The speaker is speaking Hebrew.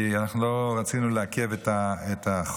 כי אנחנו לא רצינו לעכב את החוק,